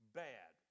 bad